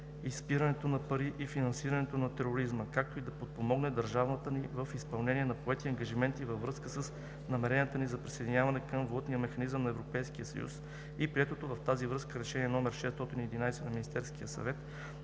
изпирането на пари и финансирането на тероризма, както и да подпомогне държавата ни в изпълнение на поети ангажименти във връзка с намеренията ни за присъединяване към Валутния механизъм на Европейския съюз и приетото в тази връзка Решение № 611 на Министерския съвет